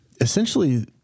essentially